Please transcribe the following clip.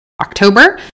October